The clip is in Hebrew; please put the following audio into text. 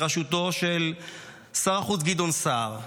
בראשותו של שר החוץ גדעון סער,